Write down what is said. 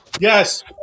Yes